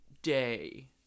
Day